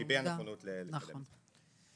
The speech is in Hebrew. והוא הביע נכונות לטפל בזה.